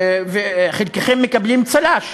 וחלקכם מקבלים צל"ש